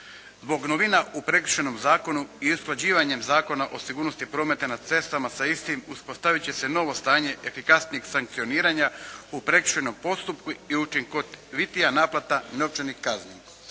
Zbog novina u Prekršajnom zakonu i usklađivanjem Zakona o sigurnosti prometa na cestama sa istim, uspostaviti će se novo stanje efikasnijeg sankcioniranja u prekršajnom postupku i učinkovitija naplata novčanih kazni.